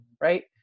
Right